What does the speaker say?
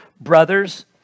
Brothers